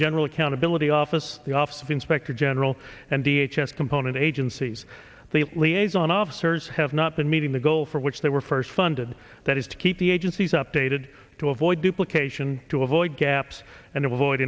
general accountability office the office of inspector general and d h s component agencies liaison officers have not been meeting the goal for which they were first funded that is to keep the agencies updated to avoid duplication to avoid gaps and avoid